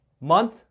month